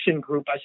Group